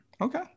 Okay